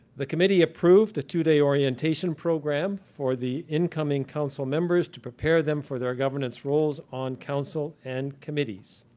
the committee approved a two-day orientation program for the incoming council members to prepare them for their governance roles on council and committees.